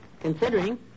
considering